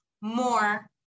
more